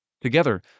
Together